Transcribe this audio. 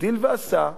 הגדיל ועשה,